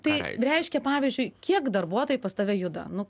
tai reiškia pavyzdžiui kiek darbuotojai pas tave juda nu